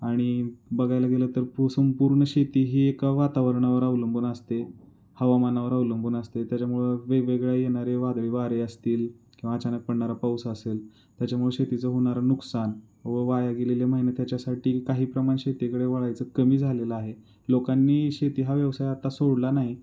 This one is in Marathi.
आणि बघायला गेलं तर पु संपूर्ण शेती ही एक वातावरणावर अवलंबून असते हवामानावर अवलंबून असते त्याच्यामुळं वेगवेगळ्या येणारे वादळी वारे असतील किंवा अचानक पडणारा पाऊस असेल त्याच्यामुळं शेतीचं होणारं नुकसान व वाया गेलेले महिने त्याच्यासाठी काही प्रमाण शेतीकडे वळायचं कमी झालेलं आहे लोकांनी शेती हा व्यवसाय आत्ता सोडला नाही